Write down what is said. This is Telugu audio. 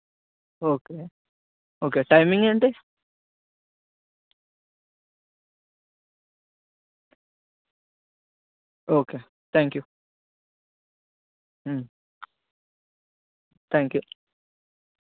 ఓకే ఓకే టైమింగ్ ఏంటి okay thank you thank you